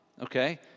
okay